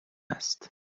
است